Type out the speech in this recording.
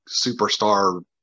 superstar